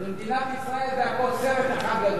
במדינת ישראל זה הכול סרט אחד גדול.